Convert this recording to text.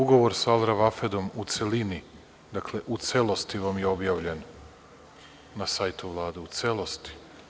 Ugovor sa „Alva alfredom“ u celini, u celosti vam je objavljen na sajtu Vlade, u celosti.